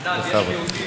בכבוד.